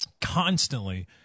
constantly